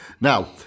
Now